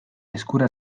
eskura